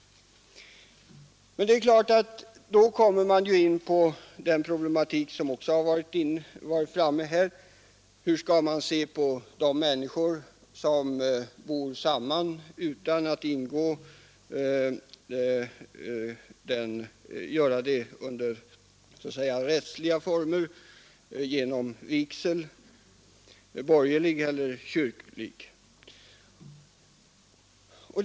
Men det är klart att man då kommer in på den problematik, som varit uppe under debatten här: Hur skall man se på de människor som bor samman utan kyrklig eller borgerlig vigsel?